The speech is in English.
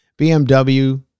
BMW